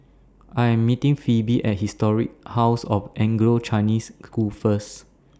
I Am meeting Phoebe At Historic House of Anglo Chinese School First